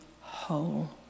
whole